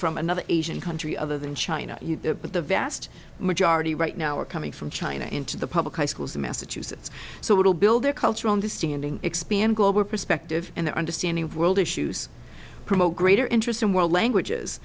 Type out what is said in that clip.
from another asian country other than china but the vast majority right now are coming from china into the public schools in massachusetts so little build their cultural understanding expand global perspective and their understanding of world issues promote greater interest in world languages